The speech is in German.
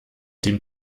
dem